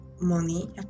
money